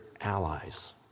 allies